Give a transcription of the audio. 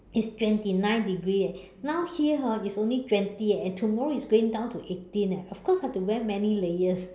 is twenty nine degrees eh now here hor is only twenty leh and tomorrow is going down to eighteen eh of course I am going to wear many layers